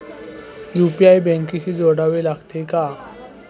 UPI बँकेशी जोडावे लागते का?